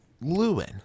Lewin